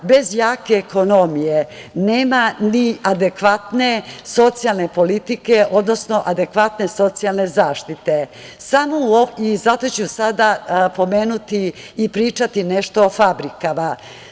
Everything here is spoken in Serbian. Bez jake ekonomije nema ni adekvatne socijalne politike odnosno adekvatne socijalne zaštite i zato ću sada pomenuti i pričati nešto o fabrikama.